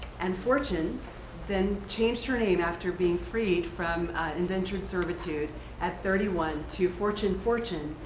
and fortune then changed her name after being freed from indentured servitude at thirty one, to fortune fortune.